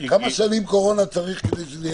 כמה שנות קורונה צריכים כדי שזה יגיע?